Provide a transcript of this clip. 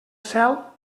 cel